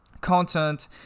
content